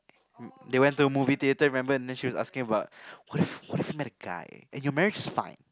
they went to a movie theatre remember and then she was asking about what if what if I met a guy and your marriage is fine